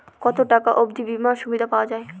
কত টাকা অবধি বিমার সুবিধা পাওয়া য়ায়?